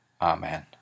Amen